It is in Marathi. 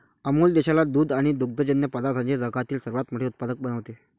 अमूल देशाला दूध आणि दुग्धजन्य पदार्थांचे जगातील सर्वात मोठे उत्पादक बनवते